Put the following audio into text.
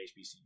HBCU